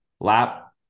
lap